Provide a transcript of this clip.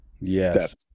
Yes